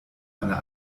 einer